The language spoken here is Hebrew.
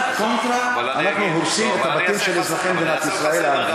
ומייד קונטרה: אנחנו הורסים את הבתים של אזרחי מדינת ישראל הערבים.